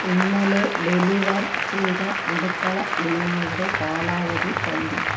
ഇന്നലെ ഡെലിവർ ചെയ്ത അടുക്കള ഇനങ്ങളുടെ കാലാവധി കഴിഞ്ഞു